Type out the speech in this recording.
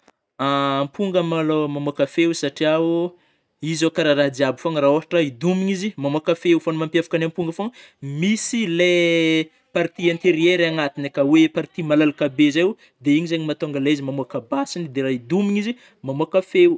Amponga malôha mamoaka feo satria o zao karah rah jiaby fôgna rah oatra I domigny izy mamoaka feo foagna mampiavka ny amponga fôgno, misy le partie interiera agnatigny akao hoe partie malalaka be zai o de igny zegny mahtônga le izy mamoaka bass igny de rah idomigny izy mamoaka feo.